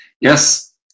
Yes